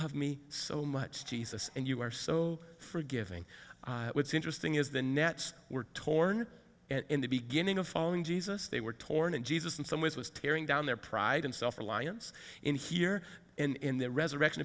love me so much jesus and you are so forgiving what's interesting is the nets were torn in the beginning of following jesus they were torn and jesus in some ways was tearing down their pride and self reliance in here and in their resurrection